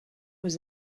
was